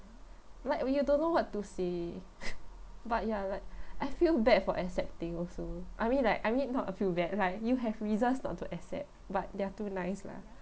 like when you don't know what to say but ya like I feel bad for accepting also I mean like I mean not I feel bad like you have reasons not to accept but they are too nice lah